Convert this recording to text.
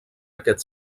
aquest